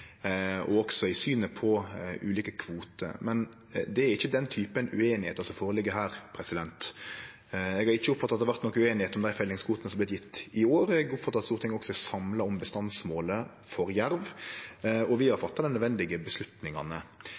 ulike kvoter. Men det er ikkje den typen ueinigheiter som ligg føre her. Eg har ikkje oppfatta at det har vore nokon ueinigheit om dei fellingskvotene som har vorte gjeve i år, eg oppfattar at Stortinget også er samla om bestandsmålet for jerv. Og vi har fatta dei nødvendige